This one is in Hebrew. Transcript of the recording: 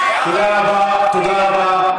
תודה רבה.